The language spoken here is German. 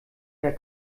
der